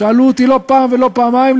שאלו אותי לא פעם ולא פעמים,